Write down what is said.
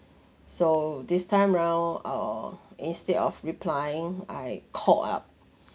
so this time round err instead of replying I called up